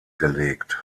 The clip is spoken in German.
gelegt